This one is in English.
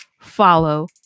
follow